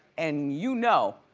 and you know,